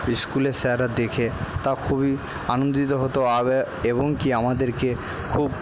ইস্কুলের স্যাররা দেখে তা খুবই আনন্দিত হতো এবং কি আমাদেরকে খুব